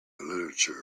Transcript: literature